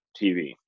TV